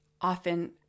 often